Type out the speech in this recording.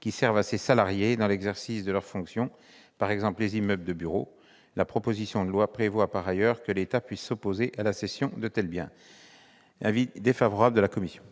qui servent à ses salariés dans l'exercice de leurs fonctions, par exemple les immeubles de bureau. La proposition de loi prévoit par ailleurs que l'État puisse s'opposer à la cession de tels biens. La commission